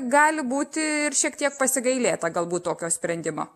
gali būti ir šiek tiek pasigailėta galbūt tokio sprendimo